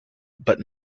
but